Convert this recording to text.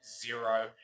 Zero